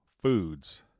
foods